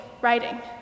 writing